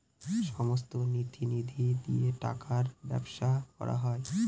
সমস্ত নীতি নিধি দিয়ে টাকার ব্যবসা করা হয়